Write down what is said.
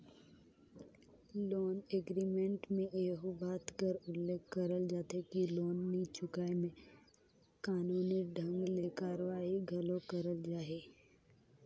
loan agreement में एहू बात कर उल्लेख करल जाथे कि लोन नी चुकाय में कानूनी ढंग ले कारवाही घलो करल जाही